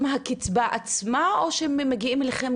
הקיצבה עצמה, או שמגיעים אליכם